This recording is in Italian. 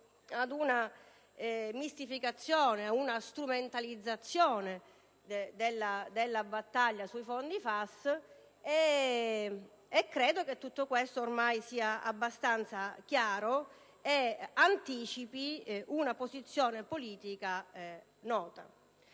ad una mistificazione e a una strumentalizzazione della battaglia sui fondi FAS. Tutto questo, ormai, è abbastanza chiaro e anticipa una posizione politica nota.